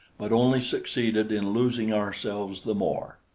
but only succeeded in losing ourselves the more.